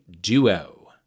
duo